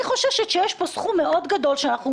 אני חוששת שיש פה סכום מאוד גדול שאנחנו